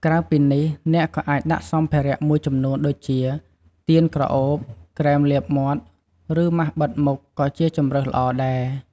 ក្រៅពីនេះ អ្នកក៏អាចដាក់សម្ភារៈមួយចំនួន ដូចជា ទៀនក្រអូប ក្រែមលាបមាត់ ឬ ម៉ាស់បិទមុខក៏ជាជម្រើសល្អដែរ។